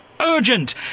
urgent